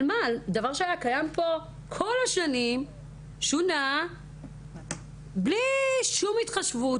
על דבר שהיה קיים פה כל השנים ושוּנה בלי שום התחשבות,